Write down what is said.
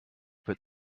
but